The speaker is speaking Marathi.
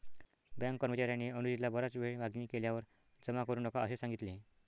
बँक कर्मचार्याने अनुजला बराच वेळ मागणी केल्यावर जमा करू नका असे सांगितले